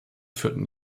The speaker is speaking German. führten